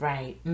Right